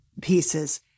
pieces